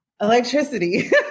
Electricity